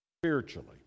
spiritually